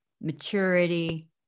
maturity